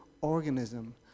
organism